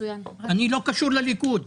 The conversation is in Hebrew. אני לא קשור לליכוד,